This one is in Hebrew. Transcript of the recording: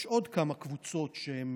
יש עוד כמה קבוצות שהן